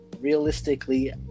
realistically